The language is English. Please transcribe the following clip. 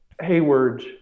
Hayward